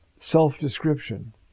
self-description